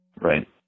right